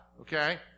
Okay